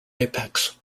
apex